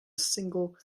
single